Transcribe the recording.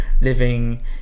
living